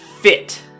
fit